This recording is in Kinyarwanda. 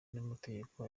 n’amategeko